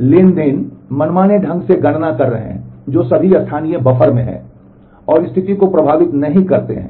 transaction मनमाने ढंग से गणना कर रहे हैं जो सभी स्थानीय बफर में हैं और स्थिति को प्रभावित नहीं करते हैं